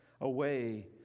away